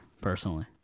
personally